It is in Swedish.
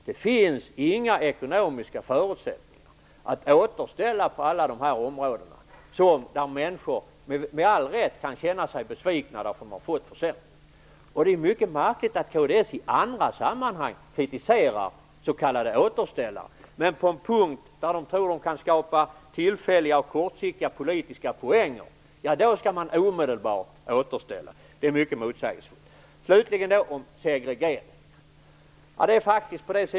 Det finns inga ekonomiska förutsättningar att återställa på alla dessa områden där människor med all rätt kan känna sig besvikna därför att de har fått försämringar. Det är mycket märkligt att kds i andra sammanhang kritiserar s.k. återställare, men på en punkt där man tror att man kan inhämta kortsiktiga politiska poänger skall det omedelbart återställas. Det är mycket motsägelsefullt.